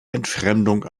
entfremdung